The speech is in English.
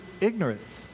ignorance